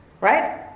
Right